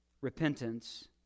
repentance